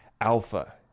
Alpha